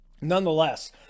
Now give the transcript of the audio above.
nonetheless